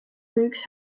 books